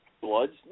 Bloods